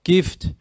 Gift